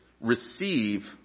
Receive